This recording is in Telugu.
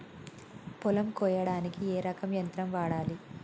పొలం కొయ్యడానికి ఏ రకం యంత్రం వాడాలి?